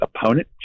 opponent